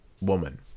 woman